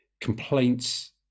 complaints